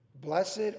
Blessed